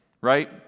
Right